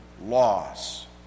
loss